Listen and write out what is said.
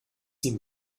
sie